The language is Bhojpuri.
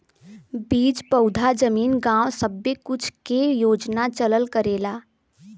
बीज पउधा जमीन गाव सब्बे कुछ के योजना चलल करेला